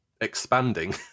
expanding